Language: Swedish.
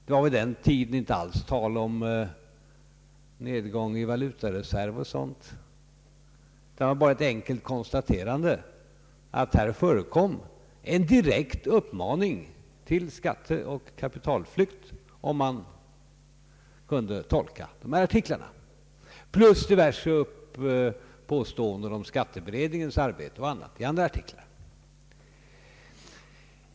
Det var vid denna tidpunkt inte alls tal om nedgång i valutareserv och sådant, utan bara ett enkelt konstaterande att här förekom en direkt uppmaning till skatteoch kapitalflykt, om man kunde tolka dessa artiklar jämte diverse påståenden om skatteberedningens arbete och annat i andra artiklar.